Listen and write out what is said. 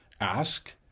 Ask